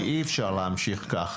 כי אי אפשר להמשיך כך.